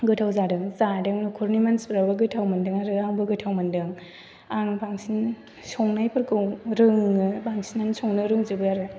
गोथाव जादों जादों न'खरनि मानसिफ्राबो गोथाव मोनदों आरो आंबो गोथाव मोनदों आं बांसिन संनायफोरखौ रोङो बांसिनानो संनो रोंजोबो आरो